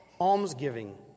almsgiving